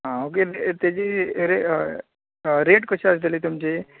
आं ओके तेजी तेजी रेट रेट कशी आसतली तुमची